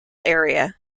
area